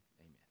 amen